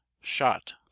shot